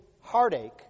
heartache